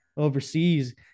Overseas